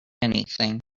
anything